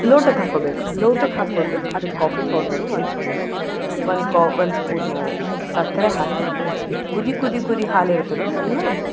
ಲೋಟಕ್ಕೆ ಹಾಕ್ಕೋಬೇಕು ಲೋಟಕ್ಕೆ ಹಾಕೋಂಡು ಅದಕ್ಕೆ ಕಾಫಿ ಪೌಡರು ಒಂದು ಸ್ಪೂನು ಒಂದು ಕಾ ಒಂದು ಸ್ಪೂನು ಸಕ್ಕರೆ ಹಾಕಿ ಕುದಿ ಕುದಿ ಕುದಿ ಹಾಲಿರುತ್ತೆ ನೋಡಿ ಅದನ್ನು